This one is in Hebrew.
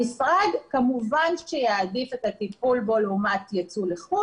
המשרד כמובן שיעדיף את הטיפול בו לעומת ייצוא לחוץ